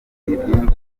ibyinshi